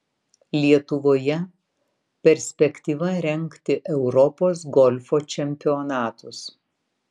lietuvoje perspektyva rengti europos golfo čempionatus